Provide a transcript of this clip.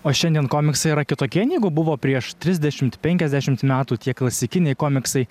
o šiandien komiksai yra kitokie negu buvo prieš trisdešimt penkiasdešimt metų tiek klasikiniai komiksai